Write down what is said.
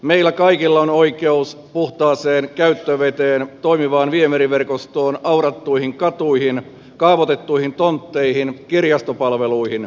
meillä kaikilla on oikeus puhtaaseen käyttöveteen toimivaan viemäriverkostoon aurattuihin katuihin kaavoitettuihin tontteihin kirjastopalveluihin